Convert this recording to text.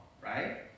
right